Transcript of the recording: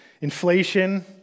inflation